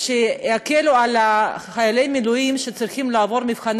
שיקלו על חיילי מילואים שצריכים לעבור מבחני